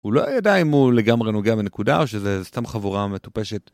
הוא לא ידע אם הוא לגמרי נוגע בנקודה או שזה סתם חבורה מטופשת.